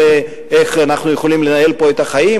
ואיך אנחנו יכולים לנהל פה את החיים.